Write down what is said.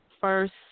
first